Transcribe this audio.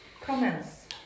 Comments